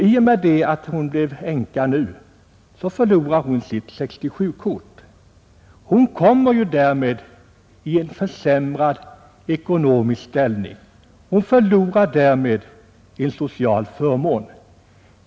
I och med att hon nu blivit änka förlorar hon sitt 67-kort. Hon kommer ju därmed i en försämrad ekonomisk ställning. Hon förlorar därmed en social förmån.